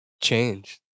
change